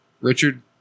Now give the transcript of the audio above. Richard